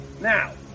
Now